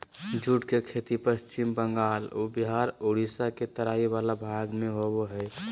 jute के खेती पश्चिम बंगाल बिहार उड़ीसा के तराई वला भाग में होबो हइ